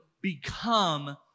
become